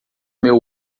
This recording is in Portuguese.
meu